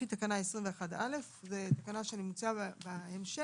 לפי תקנה 21א. זו תקנה שנמצאת בהמשך,